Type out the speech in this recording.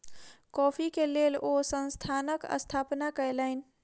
coffee के लेल ओ संस्थानक स्थापना कयलैन